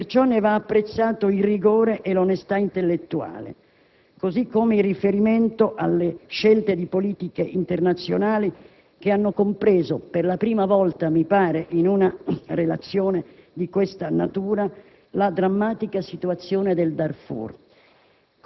Perciò ne va apprezzato il rigore e l'onestà intellettuale, così come va apprezzato il riferimento alle scelte di politica internazionale, che hanno compreso, per la prima volta mi pare in una relazione di questa natura, la drammatica situazione del Darfur.